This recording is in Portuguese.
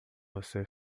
você